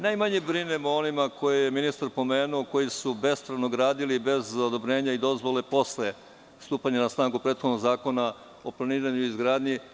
Najmanje brinem o onima koje je ministar pomenuo, koji su bespravno gradili, bez odobrenja i dozvole, a posle stupanja na snagu prethodnog Zakona o planiranju i izgradnji.